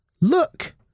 Look